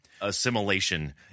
assimilation